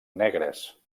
negres